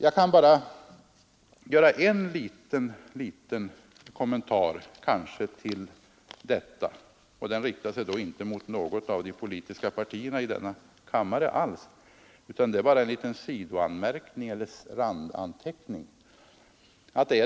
Jag vill bara göra en liten kommentar till detta, och den riktar sig inte mot något av de politiska partierna i denna kammare, utan det är bara en randanmärkning.